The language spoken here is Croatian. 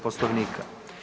Poslovnika.